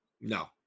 No